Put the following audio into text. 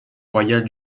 royale